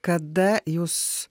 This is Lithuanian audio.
kada jūs